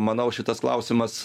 manau šitas klausimas